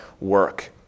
work